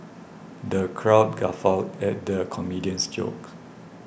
the crowd guffawed at the comedian's jokes